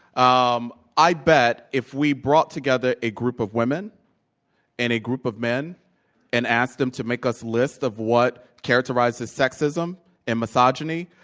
um i bet if we brought together a group of women and a group of men and asked them to make us lists of what characterizes sexism and misogyny,